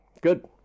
Good